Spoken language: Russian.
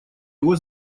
его